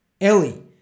Ellie